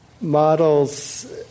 models